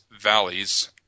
valleys